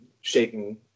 shaking